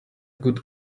good